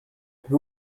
who